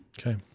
okay